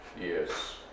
Yes